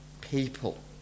people